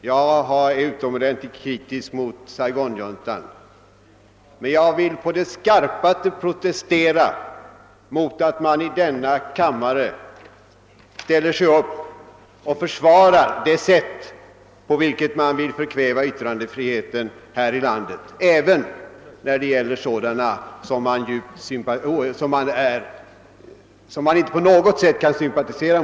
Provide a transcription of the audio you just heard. Jag är utomordentligt kritisk mot Saigonjuntan, men jag vill på det skarpaste protestera mot att någon i denna kammare ställer sig upp och försvarar det sätt, på vilket man vill förkväva yttrandefriheten här i landet även om det gäller åskådningar, med vilka vi inte på något sätt kan sympatisera.